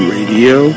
Radio